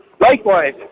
Likewise